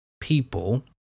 people